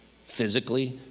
physically